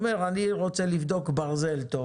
הוא אמר שהוא רוצה לבדוק ברזל טוב,